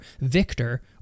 Victor